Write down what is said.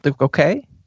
Okay